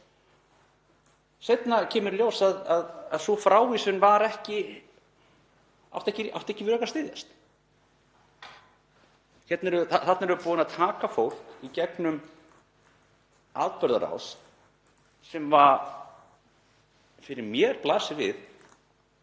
seinna kemur í ljós að sú frávísun átti ekki við rök að styðjast. Þarna erum við búin að taka fólk í gegnum atburðarás sem fyrir mér blasir við